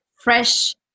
fresh